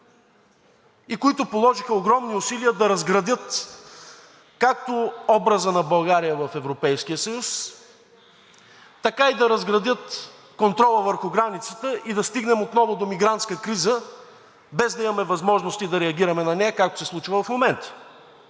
и които положиха огромни усилия да разградят както образа на България в Европейския съюз, така и да разградят контрола върху границата и да стигнем отново до мигрантска криза, без да имаме възможности да реагираме на нея както се случва в момента,